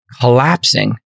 collapsing